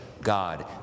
God